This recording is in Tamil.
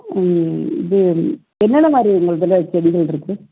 இது என்னென்ன மாதிரி உங்களுதில் செடிகள் இருக்கு